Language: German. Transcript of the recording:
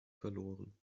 verloren